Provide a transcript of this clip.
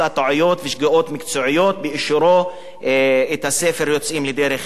מקצועיות באישור הספר "יוצאים לדרך אזרחית",